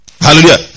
Hallelujah